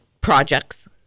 projects